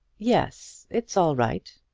yes it's all right,